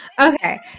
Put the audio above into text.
Okay